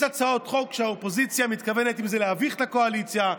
יש הצעות חוק שהאופוזיציה מתכוונת להביך בהן את הקואליציה,